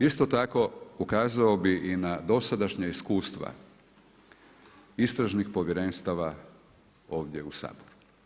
Isto tako ukazao bi i na dosadašnja iskustva istražnih povjerenstava ovdje u Saboru.